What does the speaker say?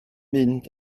mynd